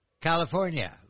california